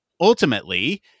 ultimately